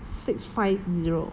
six five zero